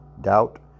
doubt